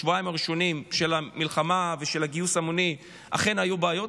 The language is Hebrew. בשבועיים הראשונים של המלחמה ושל הגיוס ההמוני אכן היו בעיות,